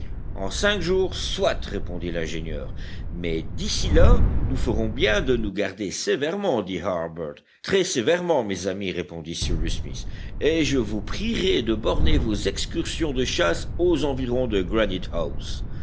en cinq jours soit répondit l'ingénieur mais d'ici là nous ferons bien de nous garder sévèrement dit harbert très sévèrement mes amis répondit cyrus smith et je vous prierai de borner vos excursions de chasse aux environs de